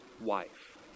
wife